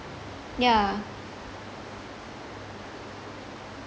yeah